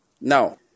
Now